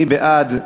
מי בעד?